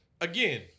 again